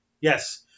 Yes